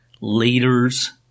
leaders